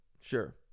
Sure